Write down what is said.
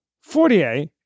Fortier